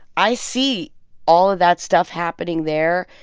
i see all of that stuff happening there.